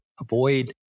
Avoid